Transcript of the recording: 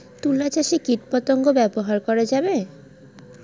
তুলা চাষে কীটপতঙ্গ ব্যবহার করা যাবে?